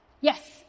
Yes